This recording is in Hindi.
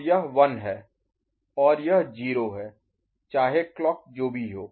तो यह 1 है और यह 0 है चाहे क्लॉक जो भी हो